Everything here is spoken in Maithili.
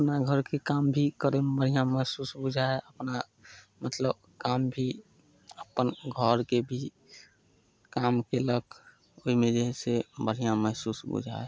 अपना घरके काम भी करयमे बढ़िआँ महसूस बुझाइ हइ अपना मतलब काम भी अपन घरके भी काम कयलक ओइमे हइ से बढ़िआँ महसूस बुझाइ हइ